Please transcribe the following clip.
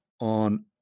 on